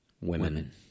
women